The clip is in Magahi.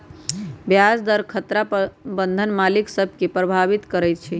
ब्याज दर खतरा बन्धन मालिक सभ के प्रभावित करइत हइ